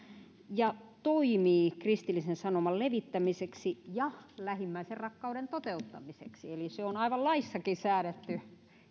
ja toimii kristillisen sanoman levittämiseksi ja lähimmäisenrakkauden toteuttamiseksi eli se on aivan laissakin säädetty